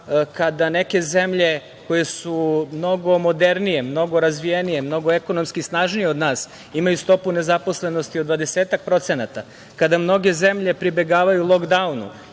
kada neke zemlje koje su mnogo modernije, mnogo razvijenije, mnogo ekonomski snažnije od nas, imaju stopu nezaposlenosti od 20ak procenata, kada mnoge zemlje pribegavaju „lok-daunu“